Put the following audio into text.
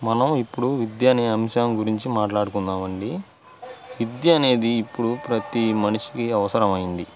మనం ఇప్పుడు విద్య అనే అంశం గురించి మాట్లాడుకుందాం అండి విద్య అనేది ఇప్పుడు ప్రతి మనిషికి అవసరం అయింది